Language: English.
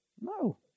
No